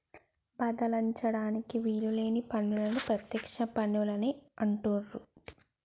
బదలాయించడానికి వీలు లేని పన్నులను ప్రత్యక్ష పన్నులు అని అంటుండ్రు